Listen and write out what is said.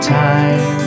time